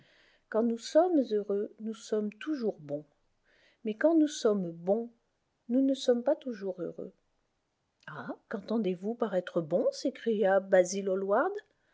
quand nous sommes heureux nous sommes toujours bons mais quand nous sommes bons nous ne sommes pas toujours heureux ah qu'entendez-vous par être bon s'écria basil